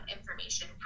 information